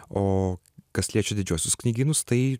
o kas liečia didžiuosius knygynus tai